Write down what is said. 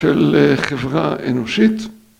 ‫של חברה אנושית.